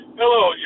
Hello